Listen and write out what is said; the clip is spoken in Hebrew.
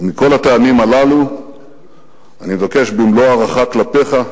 ומכל הטעמים הללו אני מבקש, במלוא ההערכה כלפיך,